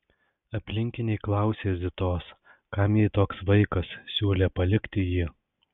aplinkiniai klausė zitos kam jai toks vaikas siūlė palikti jį